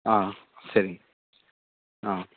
ஆ சரிங்க ஆ